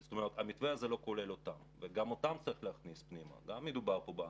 גם אותם צריך להחזיר למתווה כי הם דואגים